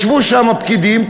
ישבו שם פקידים,